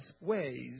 ways